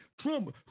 Trump